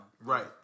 Right